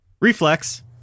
reflex